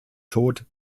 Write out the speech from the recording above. tod